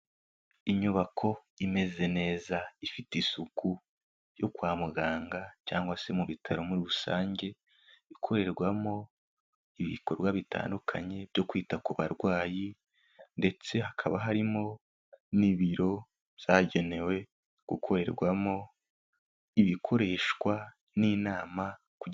Inyubako imeze neza ifite isuku yo kwa muganga, cyangwa se mu bitaro muri rusange, ikorerwamo ibikorwa bitandukanye byo kwita ku barwayi, ndetse hakaba harimo n'ibiro byagenewe, gukorerwamo ibikoreshwa n'inama, kug...